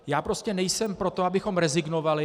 Já prostě nejsem pro to, abychom rezignovali.